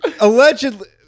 allegedly